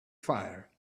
fire